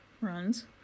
runs